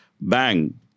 bang